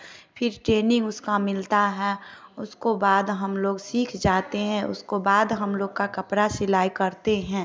फिर ट्रेनिंग उसका मिलता है उसके बाद हम लोग सीख जाते हैं उसको बाद हम लोग का कपड़ा सिलाई करते हैं